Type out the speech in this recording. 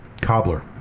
Cobbler